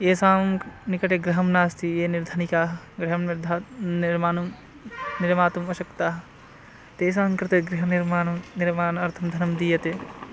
एषां क् निकटे गृहं नास्ति ये निर्धनिकाः गृहं निर्धा निर्माणं निर्मातुम् अशक्ताः तेषां कृते गृहनिर्माणं निर्माणार्थं धनं दीयते